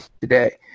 today